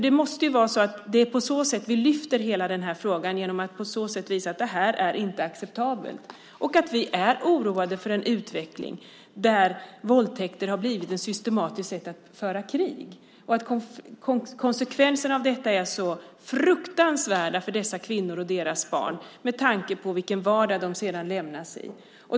Det måste ju vara så att det är på så sätt vi lyfter upp hela den här frågan: genom att visa att det här inte är acceptabelt och att vi är oroade för en utveckling där våldtäkter har blivit ett systematiskt sätt att föra krig. Konsekvenserna av detta är alltså fruktansvärda för dessa kvinnor och deras barn med tanke på vilken vardag de sedan lämnas i.